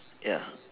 ya